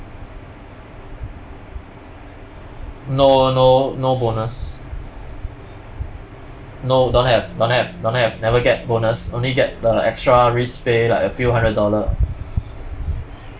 no no no bonus no don't have don't have don't have never get bonus only get the extra risk pay like a few hundred dollar